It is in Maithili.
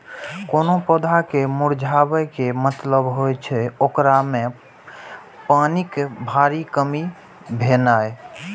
कोनो पौधा के मुरझाबै के मतलब होइ छै, ओकरा मे पानिक भारी कमी भेनाइ